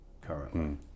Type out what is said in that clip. currently